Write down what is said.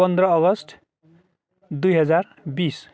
पन्ध्र अगस्त दुई हजार बिस